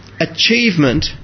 Achievement